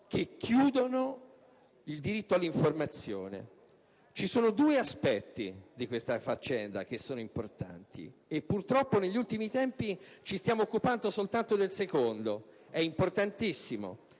che chiudono il diritto all'informazione. Ci sono due aspetti importanti di questa faccenda e purtroppo negli ultimi tempi ci stiamo occupando soltanto del secondo. È l'importantissimo